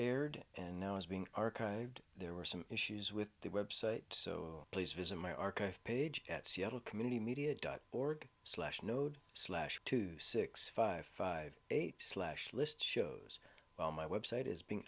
aired and now is being archived there were some issues with the website so please visit my archive page at seattle community media dot org slash node slash two six five five eight slash list shows well my website is being